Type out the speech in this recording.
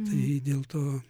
tai dėl to